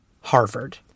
Harvard